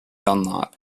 dunlop